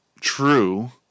true